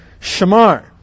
shamar